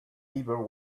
beaver